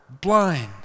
blind